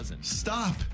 Stop